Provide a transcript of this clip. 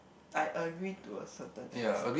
I agree to a certain extent